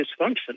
dysfunction